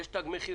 יש תג מחיר,